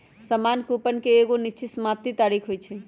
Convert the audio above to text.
सामान्य कूपन के एगो निश्चित समाप्ति तारिख होइ छइ